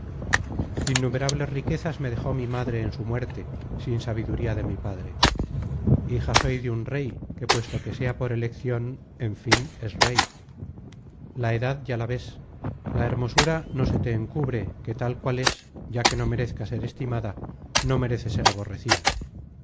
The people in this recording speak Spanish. innumerables riquezas me dejó mi madre en su muerte sin sabiduría de mi padre hija soy de un rey que puesto que sea por eleccion en fin es rey la edad ya la ves la hermo content from google book search generated at sura no se te encubre que tal cual es ya que no merezca ser estimada no merece ser aborrecida